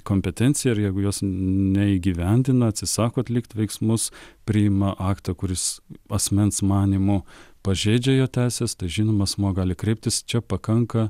kompetenciją ir jeigu jos neįgyvendina atsisako atlikt veiksmus priima aktą kuris asmens manymu pažeidžia jo teises ta žinoma asmuo gali kreiptis čia pakanka